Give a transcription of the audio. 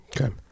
Okay